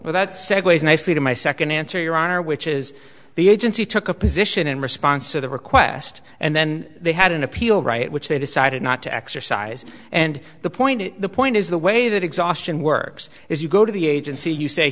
that segues nicely to my second answer your honor which is the agency took a position in response to the request and then they had an appeal right which they decided not to exercise and the point the point is the way that exhaustion works is you go to the agency you say